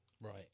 Right